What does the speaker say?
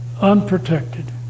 Unprotected